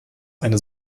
eine